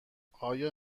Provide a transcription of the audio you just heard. آیا